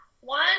One